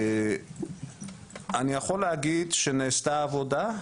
אני יכול להגיד שנעשתה עבודה,